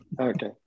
Okay